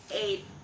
Eight